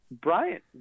Bryant